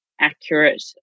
accurate